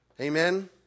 amen